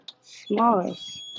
smallest